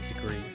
degree